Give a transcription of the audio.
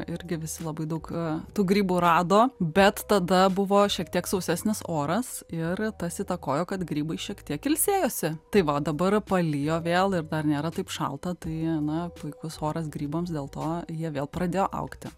irgi visi labai daug a tų grybų rado bet tada buvo šiek tiek sausesnis oras ir tas įtakojo kad grybai šiek tiek ilsėjosi tai va o dabar palijo vėl ir dar nėra taip šalta tai na puikus oras grybams dėl to jie vėl pradėjo augti